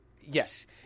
yes